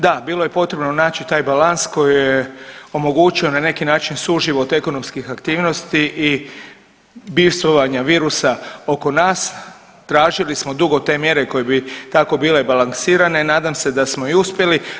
Da, bilo je potrebno naći taj balans koji je omogućio na neki način suživot ekonomskih aktivnosti i bivstvovanja virusa oko nas, tražili smo dugo te mjere koje bi tako bile balansirane, nadam se da smo i uspjeli.